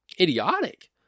idiotic